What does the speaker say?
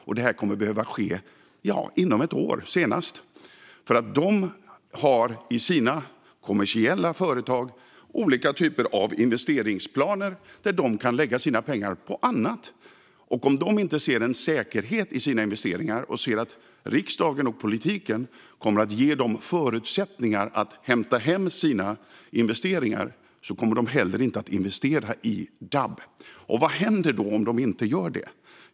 Och det här kommer att behöva ske senast inom ett år. De kommersiella företagen har olika typer av investeringsplaner där de kan lägga sina pengar på annat. Om de inte ser en säkerhet i sina investeringar och ser att riksdagen och politiken kommer att ge dem förutsättningar att hämta hem sina investeringar kommer de inte heller att investera i dab. Och vad händer då, om de inte gör det?